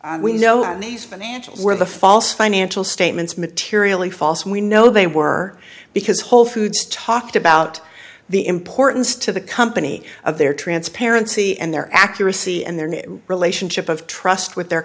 amount we know these financials where the false financial statements materially false we know they were because whole foods talked about the importance to the company of their transparency and their accuracy and their relationship of trust with their